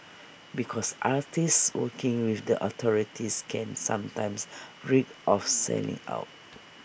because artists working with the authorities can sometimes reek of selling out